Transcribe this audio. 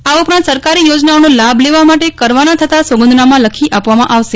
આ ઉપરાંત સરકારી યોજનાઓનો લાભ લેવા માટે કરવાના થતા સોગદનામાં લખી આપવામા આવશે